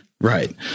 right